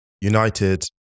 United